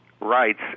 rights